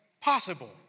possible